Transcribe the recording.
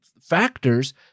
factors